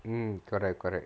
mm correct correct